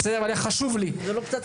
אבל חשוב לי --- זה לא פצצה.